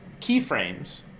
keyframes